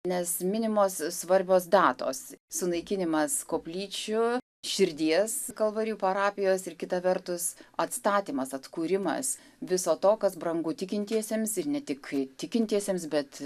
nes minimos svarbios datos sunaikinimas koplyčių širdies kalvarijų parapijos ir kita vertus atstatymas atkūrimas viso to kas brangu tikintiesiems ir ne tik tikintiesiems bet